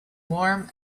warm